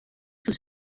was